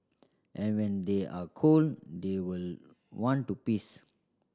and when they are cold they will want to piss